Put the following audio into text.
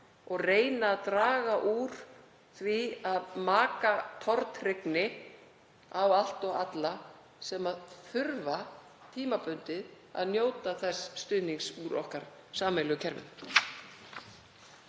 og reyna að draga úr því að maka tortryggni á allt og alla sem þurfa tímabundið að njóta þessa stuðnings úr okkar sameiginlega kerfi.